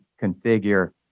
configure